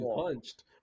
punched